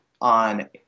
on